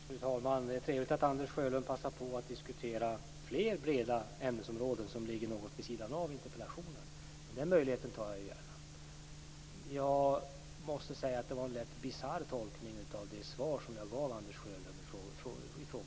Fru talman! Det är trevligt att Anders Sjölund passar på att diskutera fler breda ämnesområden som ligger något vid sidan av interpellationen. Men den möjligheten tar jag gärna. Jag måste säga att det var en lätt bisarr tolkning av det svar som jag gav Anders Sjölund i frågestunden.